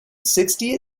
sixty